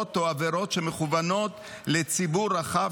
חמורות או עבירות שמכוונות לציבור רחב,